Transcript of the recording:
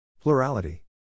Plurality